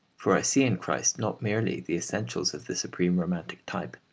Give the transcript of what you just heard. for i see in christ not merely the essentials of the supreme romantic type,